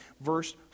verse